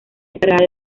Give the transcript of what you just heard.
encargada